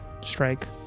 strike